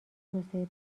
توسعه